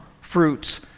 fruits